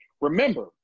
Remember